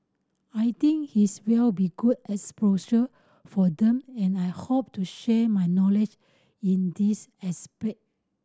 I think his will be good exposure for them and I hope to share my knowledge in these aspect